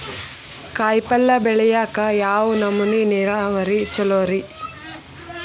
ಕಾಯಿಪಲ್ಯ ಬೆಳಿಯಾಕ ಯಾವ ನಮೂನಿ ನೇರಾವರಿ ಛಲೋ ರಿ?